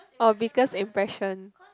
uh biggest impression